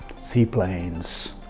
seaplanes